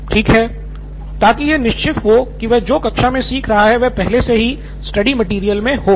सिद्धार्थ मटूरी ताकि यह निश्चित हो कि वह जो कक्षा मे सिखा रहा है वह पहले से ही स्टडी मटिरियल मे हो